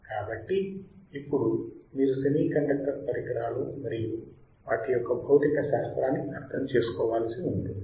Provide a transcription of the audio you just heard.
కాబట్టి ఇప్పుడు మీరుసెమీకండక్టర్ పరికరాలు మరియు వాటి యొక్క భౌతిక శాస్త్రాన్ని అర్థం చేసుకోవాల్సి ఉంటుంది